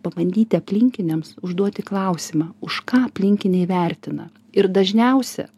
pabandyti aplinkiniams užduoti klausimą už ką aplinkiniai vertina ir dažniausia